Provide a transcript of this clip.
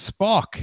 Spock